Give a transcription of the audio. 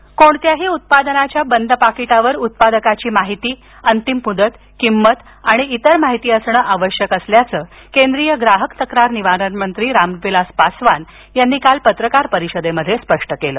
पासवान कोणत्याही उत्पादनाच्या बंद पाकिटावर उत्पादकाची माहिती अंतिम मुदत किंमत आणि इतर माहिती असणे आवश्यक असल्याचं केंद्रीय ग्राहक तक्रार निवारण मंत्री रामविलास पासवान यांनी काल पत्रकार परिषदेत स्पष्ट केलं